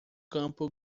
campo